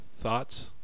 thoughts